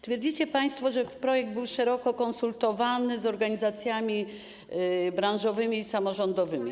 Twierdzicie państwo, że projekt był szeroko konsultowany z organizacjami branżowymi i samorządowymi.